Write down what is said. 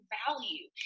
value